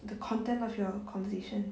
the content of your conversation